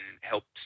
helps